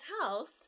house